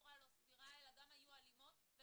בצורה לא סבירה וגם היו אלימות,